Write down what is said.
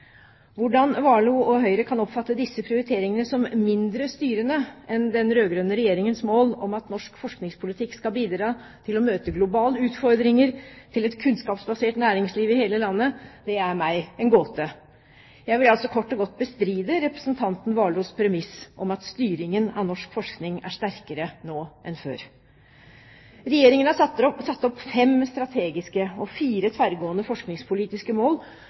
Hvordan Warloe og Høyre kan oppfatte disse prioriteringene som mindre styrende enn den rød-grønne regjeringens mål om at norsk forskningspolitikk skal bidra til å møte globale utfordringer til et kunnskapsbasert næringsliv i hele landet, er meg en gåte. Jeg vil altså kort og godt bestride representanten Warloes premiss om at styringen av norsk forskning er sterkere nå enn før. Regjeringen har satt opp fem strategiske og fire tverrgående forskningspolitiske mål,